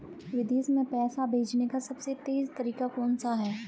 विदेश में पैसा भेजने का सबसे तेज़ तरीका कौनसा है?